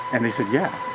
and they said yeah.